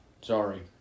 Sorry